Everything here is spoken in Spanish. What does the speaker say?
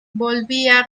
volvía